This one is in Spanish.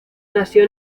nació